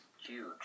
huge